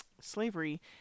slavery